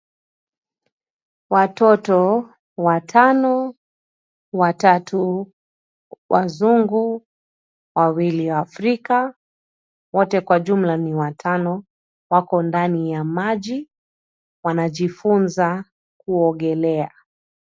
Watoto watano, watatu wazungu, wawili afrika, wote kwa jumla ni watano wako ndani ya maji wanajifunza kuogelea.